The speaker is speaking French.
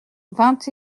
vingt